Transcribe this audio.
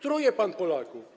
Truje pan Polaków.